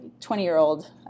20-year-old